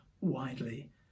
widely